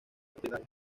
propietario